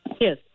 Yes